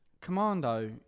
Commando